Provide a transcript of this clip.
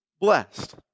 blessed